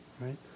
Right